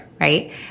Right